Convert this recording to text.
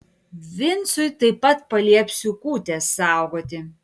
vincui taip pat paliepsiu kūtės saugoti